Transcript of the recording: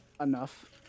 Enough